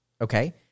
Okay